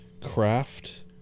Craft